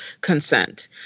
consent